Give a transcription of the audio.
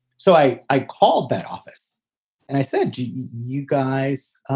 so i. i called that office and i said, do you guys